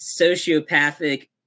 sociopathic